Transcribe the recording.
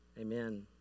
Amen